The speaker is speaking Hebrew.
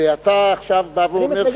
ואתה עכשיו בא ואומר,